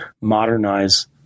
modernize